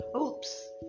Oops